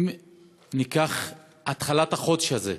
אם ניקח את החודש הזה,